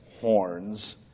horns